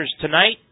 tonight